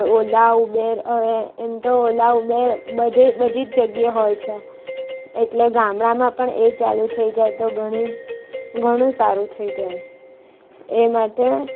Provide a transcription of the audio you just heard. ઓલા ઉબેર એ એમ તો ઓલા ઉબેર બધે બધી જ જગ્યાએ હોય છે એટલે ગામડામાં પણ એ ચાલુ થઈ જાય તો ઘણી ઘણું સારું થઈ જાય એ માટે